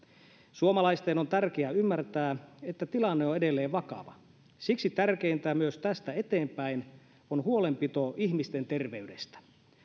suomalaisten on tärkeää ymmärtää että tilanne on edelleen vakava siksi tärkeintä myös tästä eteenpäin on huolenpito ihmisten terveydestä